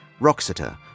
Roxeter